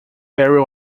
vary